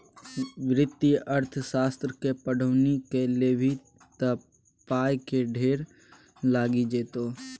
वित्तीय अर्थशास्त्रक पढ़ौनी कए लेभी त पायक ढेर लागि जेतौ